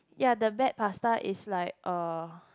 ya the bad pasta is like uh